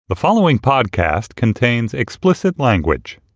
the following podcast contains explicit language